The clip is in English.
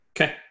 Okay